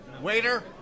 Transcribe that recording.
Waiter